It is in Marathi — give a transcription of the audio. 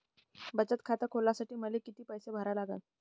बचत खात खोलासाठी मले किती पैसे भरा लागन?